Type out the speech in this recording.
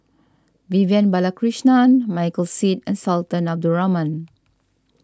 Vivian Balakrishnan Michael Seet and Sultan Abdul Rahman